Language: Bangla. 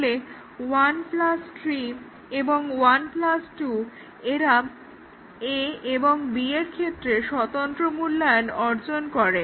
তাহলে 1 প্লাস 3 এবং 1 প্লাস 2 এরা a এবং b এর ক্ষেত্রে স্বতন্ত্র মূল্যায়ন অর্জন করে